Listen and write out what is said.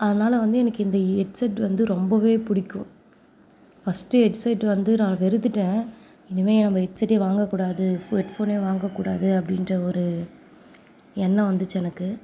அதனால் வந்து எனக்கு இந்த ஹெட் செட் வந்து ரொம்பவே பிடிக்கும் ஃபஸ்ட் ஹெட் செட் வந்து நான் வெறுத்துட்டேன் இனிமேல் நம்ம ஹெட்செட்டே வாங்கக்கூடாது ஹெட் ஃபோனே வாங்கக்கூடாது அப்படின்ற ஒரு எண்ணம் வந்துச்சு எனக்கு